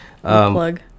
plug